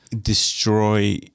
destroy